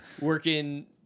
working